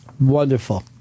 Wonderful